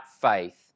faith